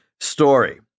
story